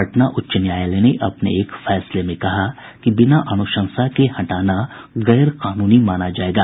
पटना उच्च न्यायालय ने अपने एक फैसले में कहा है कि बिना अनुशंसा के हटाना गैर कानूनी माना जायेगा